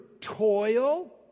toil